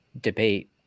debate